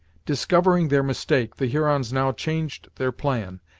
discovering their mistake, the hurons now changed their plan,